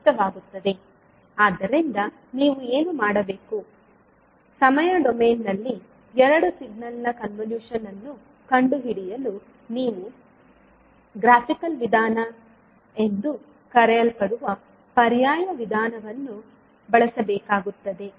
ಆದ್ದರಿಂದ ನೀವು ಏನು ಮಾಡಬೇಕು ಸಮಯ ಡೊಮೇನ್ ನಲ್ಲಿ ಎರಡು ಸಿಗ್ನಲ್ ನ ಕನ್ವಲೂಶನ್ ಅನ್ನು ಕಂಡುಹಿಡಿಯಲು ನೀವು ಗ್ರಾಫಿಕಲ್ ವಿಧಾನ ಎಂದು ಕರೆಯಲ್ಪಡುವ ಪರ್ಯಾಯ ವಿಧಾನವನ್ನು ಬಳಸಬೇಕಾಗುತ್ತದೆ